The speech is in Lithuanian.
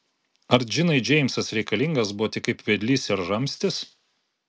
ar džinai džeimsas reikalingas buvo tik kaip vedlys ir ramstis